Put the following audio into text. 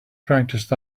practiced